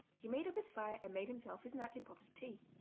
he made up his fire and made himself his nightly pot of tea.